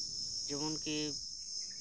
ᱡᱮᱢᱚᱱ ᱠᱤ